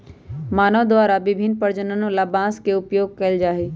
मानव द्वारा विभिन्न प्रयोजनों ला बांस के उपयोग कइल जा हई